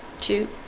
two